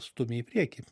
stumia į priekį